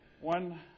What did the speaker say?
One